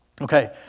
Okay